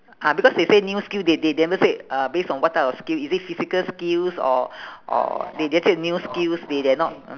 ah because they say new skill they they never say uh base on what type of skill is it physical skills or or they just say new skills they they're not